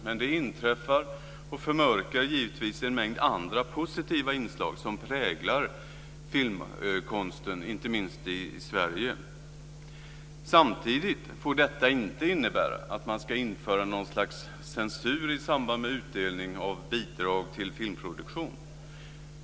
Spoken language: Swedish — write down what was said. Men det inträffar och förmörkar givetvis en mängd andra positiva inslag som präglar filmkonsten, inte minst i Sverige. Samtidigt får detta inte innebära att man ska införa något slags censur i samband med utdelning av bidrag till filmproduktion.